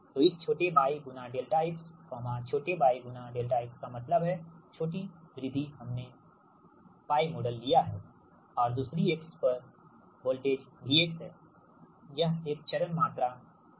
तो इस छोटे y ∆x छोटे y ∆x का मतलब है छोटी वृद्धि हमने π मॉडल लिया है और x दूरी पर वोल्टेज V है यह एक चरण मात्रा है